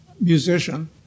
musician